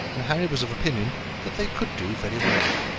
and harry was of opinion that they could do very well.